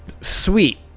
sweet